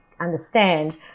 understand